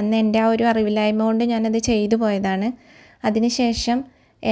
അന്ന് എൻ്റെ ആ ഒരു അറിവില്ലായ്മ കൊണ്ട് ഞാൻ അത് ചെയ്ത് പോയതാണ് അതിന് ശേഷം